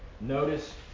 notice